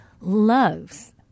loves